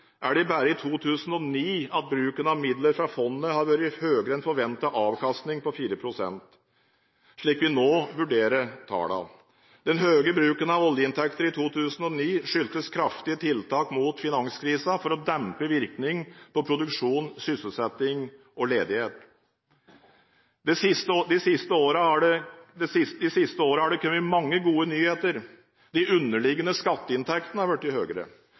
er det bare i 2009 at bruken av midler fra fondet har vært høyere enn forventet avkastning på 4 pst., slik vi nå vurderer tallene. Den høye bruken av oljeinntekter i 2009 skyldtes kraftige tiltak mot finanskrisen for å dempe virkningen på produksjon, sysselsetting og ledighet. De siste årene har det kommet mange gode nyheter: De underliggende skatteinntektene har blitt høyere. Noen utgifter har blitt lavere enn budsjettert. Pensjonsfondet har